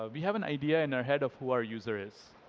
ah we have an idea in our head of who our user is.